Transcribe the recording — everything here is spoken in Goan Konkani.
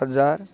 हजार